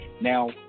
Now